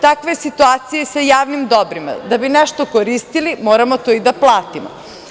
Takva je situacije i sa javnim dobrima, da bi nešto koristili moramo to i da platimo.